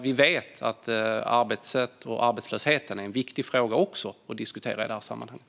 Vi vet att arbetssätt och arbetslöshet är en viktig fråga att diskutera i det här sammanhanget.